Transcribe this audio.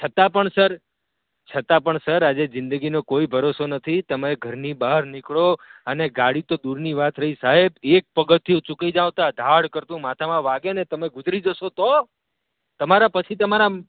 છતાં પણ સર છતાં પણ સર આજે જિંદગીનો કોઈ ભરોસો નથી તમે ઘરની બહાર નીકળો અને ગાડી તો દૂરની વાત રહી સાહેબ એક પગથિયું ચૂકી જાવ ત્યાં ધાડ કરતું માથામાં વાગે ને તમે ગુજરી જશો તો તમારા પછી તમારા